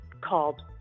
called